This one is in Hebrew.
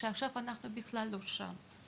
שעכשיו אנחנו בכלל לא שם.